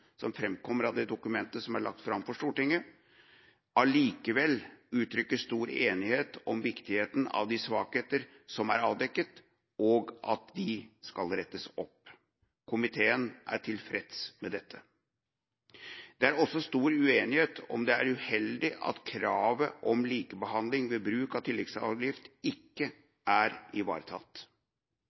som framkommer av dokumentet som er lagt fram for Stortinget, allikevel uttrykker stor enighet om viktigheten av de svakheter som er avdekket, og at disse skal rettes opp. Komiteen er tilfreds med dette. Det er også stor enighet om at det er uheldig at kravet om likebehandling ved bruk av tilleggsavgift, ikke er ivaretatt.